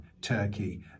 Turkey